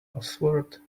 password